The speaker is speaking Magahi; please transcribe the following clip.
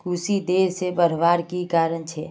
कुशी देर से बढ़वार की कारण छे?